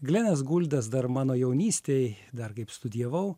glenas guldas dar mano jaunystėj dar kaip studijavau